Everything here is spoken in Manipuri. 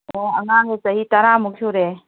ꯑꯣ ꯑꯉꯥꯡꯗꯨ ꯆꯍꯤ ꯇꯔꯥꯃꯨꯛ ꯁꯨꯔꯦ